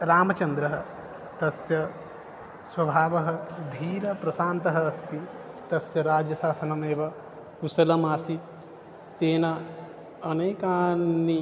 रामचन्द्रः तस्य स्वभावः धीरप्रशान्तः अस्ति तस्य राज्यशासनमेव कुशलम् आसीत् तेन अनेकं